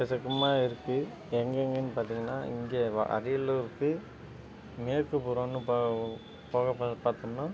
எக்கச்சக்கமாக இருக்கு எங்கெங்கன்னு பார்த்தீங்கனா இங்கே வ அரியலூருக்கு மேற்குப்புறன்னு போ போக போக பார்த்தோம்னா